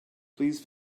please